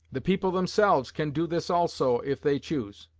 the people themselves can do this also, if they choose